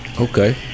Okay